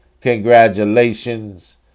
congratulations